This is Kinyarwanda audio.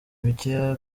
mike